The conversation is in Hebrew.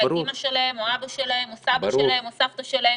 את אמא שלהם או אבא שלהם או סבא שלהם או סבתא שלהם.